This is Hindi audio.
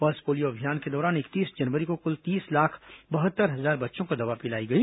पल्स पोलियो अभियान के दौरान इकतीस जनवरी को कुल तीस लाख बहत्तर हजार बच्चों को दवा पिलाई गई